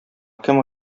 кем